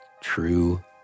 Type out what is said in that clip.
true